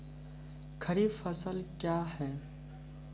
खरीफ फसल क्या हैं?